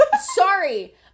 Sorry